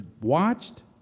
watched